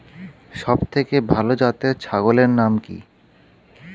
সবথেকে ভালো জাতের ছাগলের নাম কি?